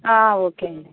okay అండి